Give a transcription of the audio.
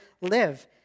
live